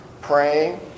Praying